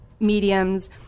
mediums